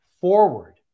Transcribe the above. forward